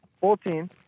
Fourteen